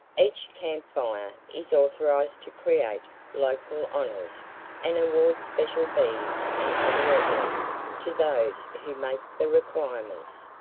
each camp fire is authorized to create local honors and award special beads and other emblems to those who make the requirements.